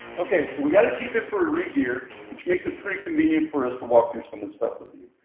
okay so we got a jeep jk for a regear which makes it pretty convenient for us to walk through some of this stuff with you.